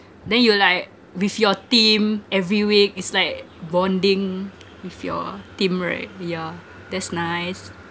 then you like with your team every week is like bonding with your team right yeah that's nice